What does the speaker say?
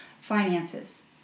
finances